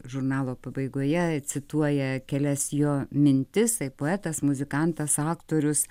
žurnalo pabaigoje cituoja kelias jo mintis tai poetas muzikantas aktorius